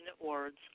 words